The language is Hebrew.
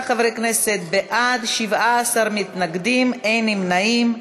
46 חברי כנסת בעד, 17 מתנגדים, אין נמנעים.